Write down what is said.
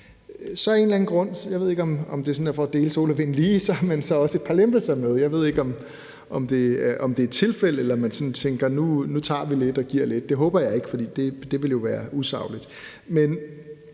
Af en eller anden grund – jeg ved ikke, om det sådan er for at dele sol og vind lige – har man så også et par lempelser med. Jeg ved ikke, om det er et tilfælde, eller om man sådan tænker: Nu tager vi lidt og giver lidt. Det håber jeg ikke, fordi det ville jo være usagligt.